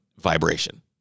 vibration